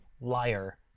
liar